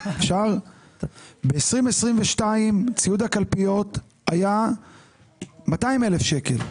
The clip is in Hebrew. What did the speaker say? ב-2022 ציוד הקלפיות היה 200,000 שקלים.